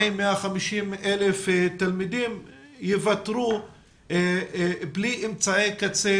כ-150,000-140,000 תלמידים יוותרו בלי אמצעי קצה